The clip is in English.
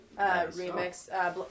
Remix